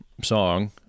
song